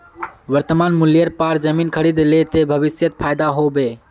वर्तमान मूल्येर पर जमीन खरीद ले ते भविष्यत फायदा हो बे